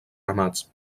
ramats